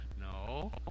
No